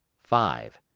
five.